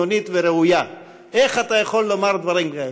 אני רוצה לספר לך,